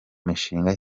mishinga